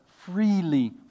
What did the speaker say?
freely